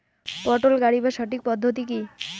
পটল গারিবার সঠিক পদ্ধতি কি?